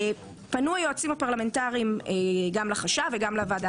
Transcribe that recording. היועצים הפרלמנטריים פנו לחשב ולוועדה